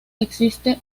existe